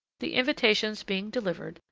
the invitations being delivered,